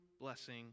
blessing